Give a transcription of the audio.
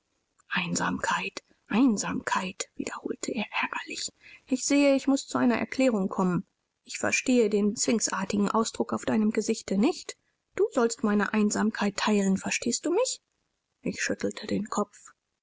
einsamkeit einsamkeit wiederholte er ärgerlich ich sehe ich muß zu einer erklärung kommen ich verstehe den sphynxartigen ausdruck auf deinem gesichte nicht du sollst meine einsamkeit teilen verstehst du mich ich schüttelte den kopf